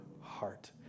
heart